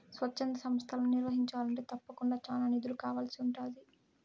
స్వచ్ఛంద సంస్తలని నిర్వహించాలంటే తప్పకుండా చానా నిధులు కావాల్సి ఉంటాది